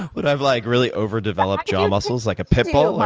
but i have like really overdeveloped jaw muscles like a pit bull.